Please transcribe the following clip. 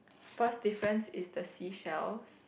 first difference is the seashells